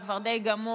הוא כבר די גמור.